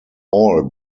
all